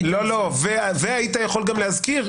היית יכול גם להזכיר,